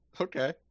Okay